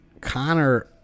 Connor